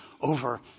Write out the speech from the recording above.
over